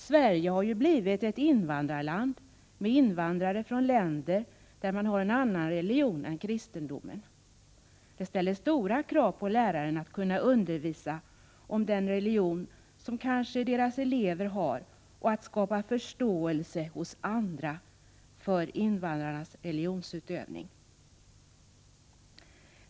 Sverige har ju blivit ett invandrarland, med invandrare från länder där man har en annan religion än kristendomen. Det ställer stora krav på lärarna att kunna undervisa om den religion som resp. elever har och skapa förståelse hos andra för invandrarnas religionsutövning.